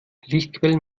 lichtquellen